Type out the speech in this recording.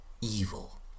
evil